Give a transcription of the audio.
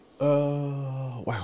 Wow